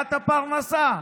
שאלת הפרנסה.